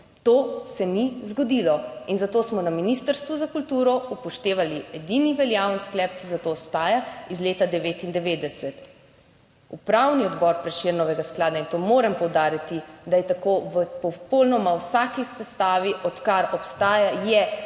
To se ni zgodilo in zato smo na Ministrstvu za kulturo upoštevali edini veljavni sklep, ki za to obstaja, iz leta 1999. Upravni odbor Prešernovega sklada in to moram poudariti, da je tako v popolnoma vsaki sestavi, odkar obstaja, je